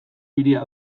hiria